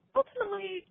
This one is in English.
ultimately –